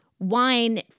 wine